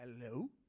Hello